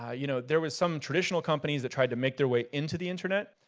ah you know, there was some traditional companies that tried to make their way into the internet,